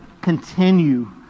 continue